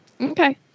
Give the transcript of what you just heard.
Okay